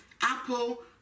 Apple